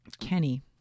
Kenny